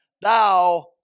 Thou